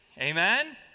Amen